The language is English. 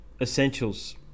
essentials